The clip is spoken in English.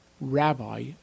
Rabbi